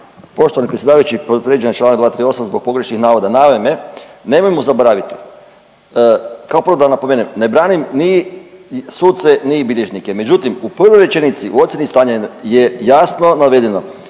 Poštovani predsjedavajući povrijeđen je Članak 238. zbog pogrešnih navoda. Naime, nemojmo zaboraviti kao prvo da napomenem, ne branim ni suce, ni bilježnike, međutim u prvoj rečenici u ocjeni stanja je jasno navedeno